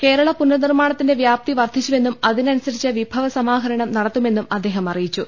കേരള പുനർനിർമാണത്തിന്റെ വ്യാപ്തി വർധിച്ചുവെന്നും അതിനനുസരിച്ച് വിഭവസമാഹരണം നടത്തുമെന്നും അദ്ദേഹം അറിയിച്ചു